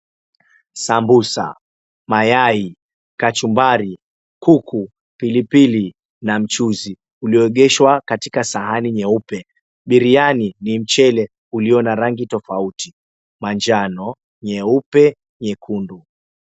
Sambusa, mayai, kachumbari, kuku, pilipili na mchuzi ulioegeshwa katika sahani nyeupe. Biryani ni mchele ulio na rangi tofauti, manjano, nyeupe, nyekundu.